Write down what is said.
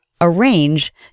arrange